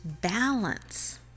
balance